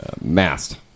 mast